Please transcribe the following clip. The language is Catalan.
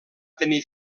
tenir